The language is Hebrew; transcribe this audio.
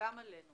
אנחנו